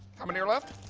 how many left?